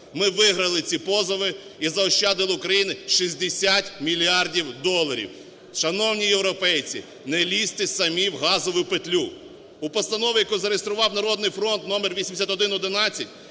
Ми виграли ці позови і заощадили Україні 60 мільярдів доларів. Шановні європейці, не лізьте самі в газову петлю. У Постанови, яку зареєстрував "Народний фронт", № 8111,